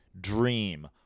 dream